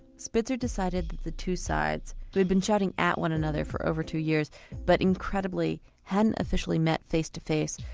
spitzer decided that the two sides who had been chatting at one another for over two years but incredibly hadn't officially met face to face,